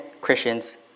Christians